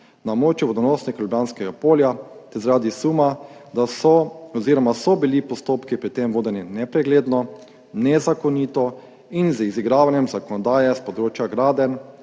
območju vodonosnika Ljubljanskega polja ter zaradi suma, da so oziroma so bili postopki pri tem vodeni nepregledno, nezakonito in z izigravanjem zakonodaje s področja gradenj,